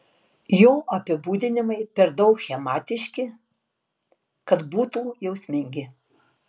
jo apibūdinimai per daug schematiški kad būtų jausmingi